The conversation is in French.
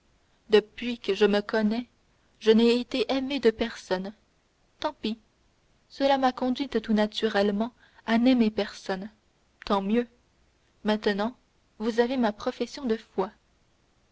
depuis que je me connais je n'ai été aimée de personne tant pis cela m'a conduite tout naturellement à n'aimer personne tant mieux maintenant vous avez ma profession de foi